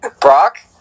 Brock